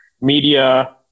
media